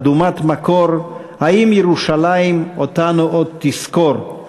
אדומת מקור,/ האם ירושלים/ אותנו עוד תזכור// חסידה,